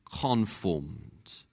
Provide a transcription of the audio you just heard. conformed